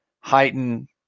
heighten